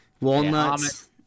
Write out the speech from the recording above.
Walnuts